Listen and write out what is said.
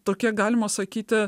tokia galima sakyti